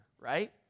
right